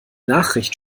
nachricht